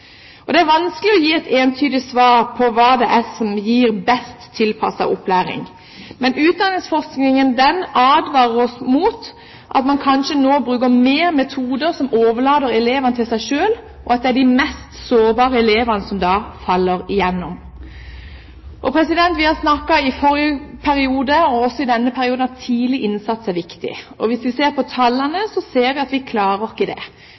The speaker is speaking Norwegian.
Det er vanskelig å gi et entydig svar på hva som gir best tilpasset opplæring. Men utdanningsforskningen advarer oss mot at man kanskje nå mer bruker metoder som overlater elevene til seg selv, og at det da er de mest sårbare elevene som faller igjennom. Vi har både i forrige og i denne perioden snakket om at tidlig innsats er viktig. Hvis vi ser på tallene, ser vi at det klarer vi ikke. Vi har minst spesialundervisning på de tidligste trinnene, men når vi kommer til ungdomsskolen, øker det.